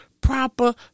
proper